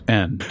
end